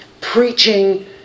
Preaching